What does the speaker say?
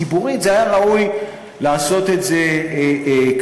ציבורית היה ראוי לעשות את זה כך,